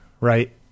right